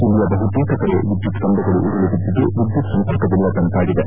ಜಿಲ್ಲೆಯ ಬಹುತೇಕ ಕಡೆ ವಿದ್ಯುತ್ ಕಂಬಗಳು ಉರುಳಿ ಬಿದ್ದಿದ್ದು ವಿದ್ಯುತ್ ಸಂಪರ್ಕವಿಲ್ಲದಂತಾಗಿದೆ